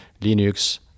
Linux